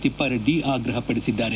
ತಿಪ್ಪಾರೆಡ್ಡಿ ಆಗ್ರಹ ಪಡಿಸಿದ್ದಾರೆ